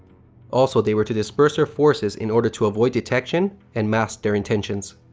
also, they were to disperse their forces in order to avoid detection and mask their intentions.